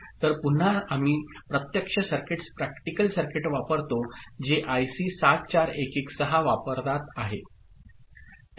तर पुन्हा आम्ही प्रत्यक्ष सर्किट प्रॅक्टिकल सर्किट वापरतो जी आयसी 74116 वापरात आहे